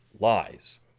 lies